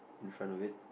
in front of it